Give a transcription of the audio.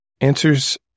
answers